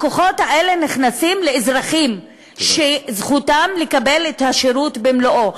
הכוחות האלה באים לאזרחים שזכותם לקבל את השירות במלואו.